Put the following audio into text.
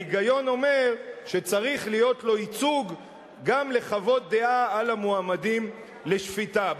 ההיגיון אומר שצריך להיות לו ייצוג גם לחוות דעה על המועמדים לשפיטה.